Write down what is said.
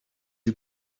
you